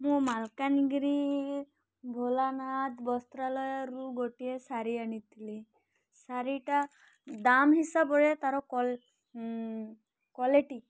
ମୁଁ ମାଲକାନଗିରି ଭୋଲାନାଥ ବସ୍ତ୍ରାଲୟରୁ ଗୋଟିଏ ଶାଢ଼ୀ ଆଣିଥିଲି ଶାଢ଼ୀଟା ଦାମ୍ ହିସାବରେ ତାର କ୍ଵାଲିଟି